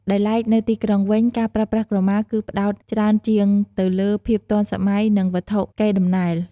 ដោយឡែកទៅទីក្រុងវិញ ការប្រើប្រាស់ក្រមាគឺផ្តោតច្រើនជាងទៅលើភាពទាន់សម័យ និងវត្ថុកេរដំណែល។